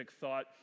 thought